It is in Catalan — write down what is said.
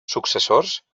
successors